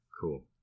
cool